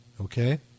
Okay